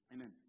Amen